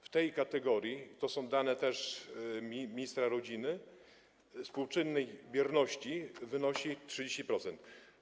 W tej kategorii, to są dane też ministra rodziny, współczynnik bierności wynosi 30%.